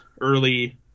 early